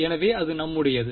எனவே அது நம்முடையது